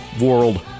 World